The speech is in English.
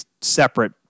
separate